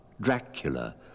Dracula